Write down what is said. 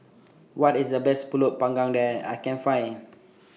What IS The Best Pulut Panggang I Can Find